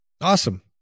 Awesome